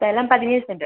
സ്ഥലം പതിനേഴ് സെൻറ്റ്